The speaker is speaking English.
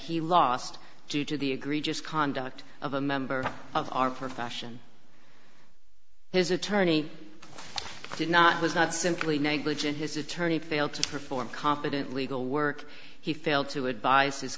he lost due to the egregious conduct of a member of our profession his attorney did not was not simply negligent his attorney failed to perform competent legal work he failed to advise his